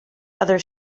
other